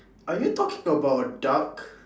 are you talking about a duck